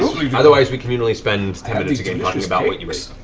otherwise, we communally spend ten minutes a game talking about what you so